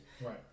Right